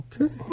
Okay